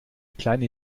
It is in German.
kleine